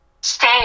stay